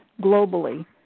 globally